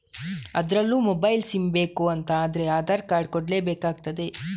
ಅದ್ರಲ್ಲೂ mobile sim ಬೇಕು ಅಂತ ಆದ್ರೆ ಆಧಾರ್ ಕಾರ್ಡ್ ಕೊಡ್ಲೇ ಬೇಕಾಗ್ತದೆ